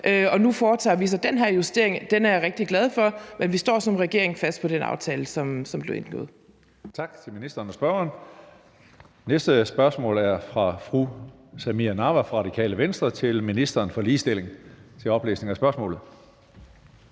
nu foretager vi så den her justering, og den er jeg rigtig glad for, men vi står som regering fast på den aftale, som blev indgået.